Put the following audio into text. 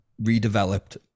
redeveloped